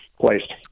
placed